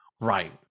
right